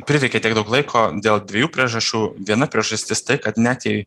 prireikė tiek daug laiko dėl dviejų priežasčių viena priežastis tai kad net jei